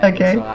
Okay